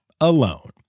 alone